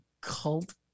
cult